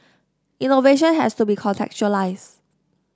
innovation has to be contextualize